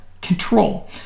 control